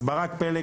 אז ברק פלג,